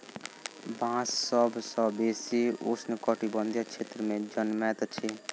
बांस सभ सॅ बेसी उष्ण कटिबंधीय क्षेत्र में जनमैत अछि